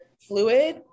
fluid